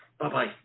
Bye-bye